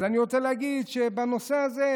אז אני רוצה להגיד שבנושא הזה,